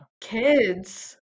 Kids